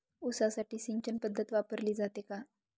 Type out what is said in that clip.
ऊसासाठी सिंचन पद्धत वापरली जाते का?